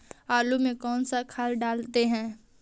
आलू में कौन कौन खाद डालते हैं?